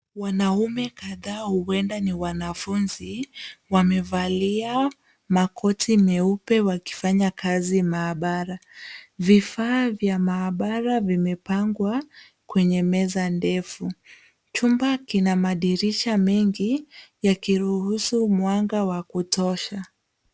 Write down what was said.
Wanaume kadhaa huenda ni wanafunzi, wamevalia makoti meupe wakifanya kazi maabara. Vifaa vya maabara vimepangwa kwenye meza ndefu. Chumba kina na madirisha mengi yakiruhusu mwanga wa kutosha.